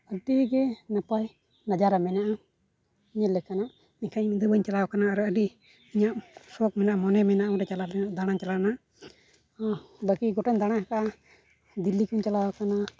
ᱟᱹᱰᱤᱜᱮ ᱱᱟᱯᱟᱭ ᱵᱟᱡᱟᱨ ᱨᱮ ᱢᱮᱱᱟᱜᱼᱟ ᱧᱮᱞ ᱞᱮᱠᱟᱱᱟᱜ ᱤᱠᱷᱟᱹᱱ ᱤᱧᱫᱚ ᱵᱟᱹᱧ ᱪᱟᱞᱟᱣ ᱟᱠᱟᱱᱟ ᱟᱨ ᱟᱹᱰᱤ ᱤᱧᱟᱹᱜ ᱥᱚᱠ ᱢᱮᱱᱟᱜᱼᱟ ᱢᱚᱱᱮ ᱢᱮᱱᱟᱜᱼᱟ ᱚᱸᱰᱮ ᱪᱟᱞᱟᱜ ᱫᱟᱬᱟᱱ ᱪᱟᱞᱟᱜ ᱨᱮᱱᱟᱜ ᱵᱟᱠᱤ ᱜᱚᱴᱟᱧ ᱫᱟᱬᱟ ᱦᱟᱠᱟᱫᱼᱟ ᱫᱤᱞᱞᱤ ᱠᱚᱧ ᱪᱟᱞᱟᱣ ᱟᱠᱟᱱᱟ